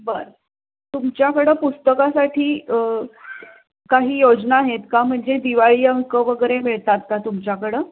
बरं तुमच्याकडं पुस्तकासाठी काही योजना आहेत का म्हणजे दिवाळी अंक वगैरे मिळतात का तुमच्याकडं